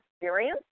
experience